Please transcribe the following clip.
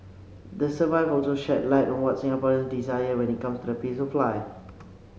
the survival also shed light on what Singaporeans desire when it comes to the pace of life